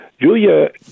Julia